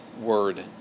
word